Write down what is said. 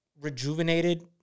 rejuvenated